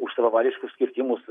už savavališkus kirtimus